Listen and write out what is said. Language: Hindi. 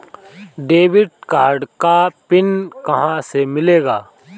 डेबिट कार्ड का पिन कहां से मिलेगा?